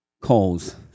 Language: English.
calls